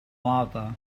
lava